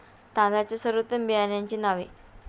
तांदळाच्या सर्वोत्तम बियाण्यांची नावे?